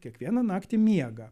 kiekvieną naktį miega